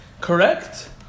correct